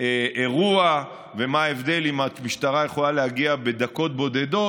אירוע ומה ההבדל אם המשטרה יכולה להגיע בדקות בודדות,